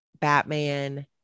Batman